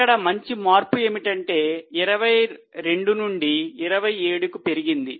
అక్కడ మంచి మార్పు ఏమిటంటే 22 నుండి 27కు పెరిగింది